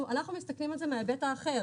אנחנו מסתכלים על זה מההיבט האחר,